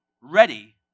ready